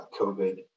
COVID